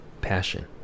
passion